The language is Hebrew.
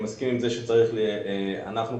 אנחנו,